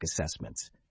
assessments